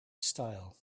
style